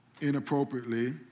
inappropriately